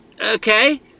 Okay